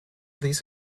these